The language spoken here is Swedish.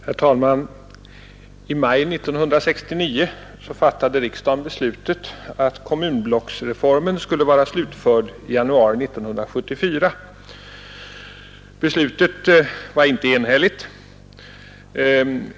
Herr talman! I maj 1969 fattade riksdagen beslutet att kommunblocksreformen skulle vara slutförd i januari 1974. Beslutet var inte enhälligt.